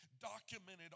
documented